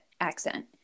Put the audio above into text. accent